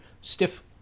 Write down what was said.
stiff